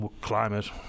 climate